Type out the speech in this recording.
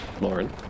Lauren